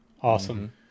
awesome